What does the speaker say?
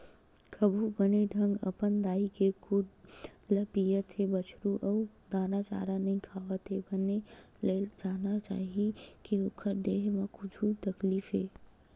कभू बने ढंग अपन दाई के दूद नइ पियत हे बछरु ह अउ दाना चारा नइ खावत हे बने ले त जान लेना चाही के ओखर देहे म कुछु तकलीफ हे